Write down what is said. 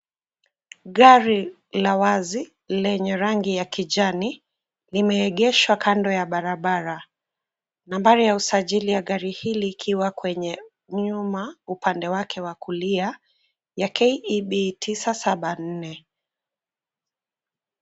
Gari la wazi lenye rangi ya kijani limeegeshwa kando ya barabara. Nambari ya usajili ya gari hili ikiwa kwenye nyuma upande wake wa kulia ya KEB tisa saba nne.